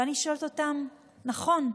ואני שואלת אותם: נכון,